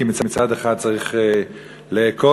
כי מצד אחד צריך לאכוף,